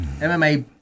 MMA